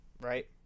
right